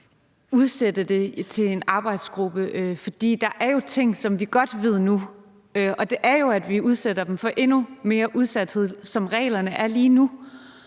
udsætte det til en arbejdsgruppe, for der er jo ting, som vi godt ved nu, og det er jo, at vi udsætter dem for endnu mere udsathed, som reglerne er lige nu.